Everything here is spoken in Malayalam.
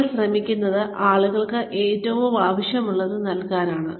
നിങ്ങൾ ശ്രമിക്കുന്നത് ആളുകൾക്ക് ഏറ്റവും ആവശ്യമുള്ളത് നൽകാൻ ആണ്